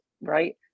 right